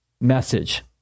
message